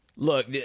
Look